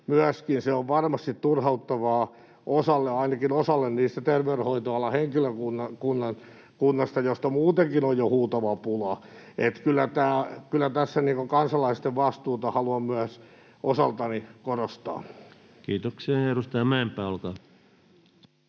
myöskin varmasti turhauttavaa ainakin osalle terveydenhoitoalan henkilökuntaa, josta muutenkin on jo huutava pula. Että kyllä tässä kansalaisten vastuuta haluan myös osaltani korostaa. [Speech 97] Speaker: